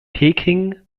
peking